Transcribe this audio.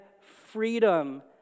freedom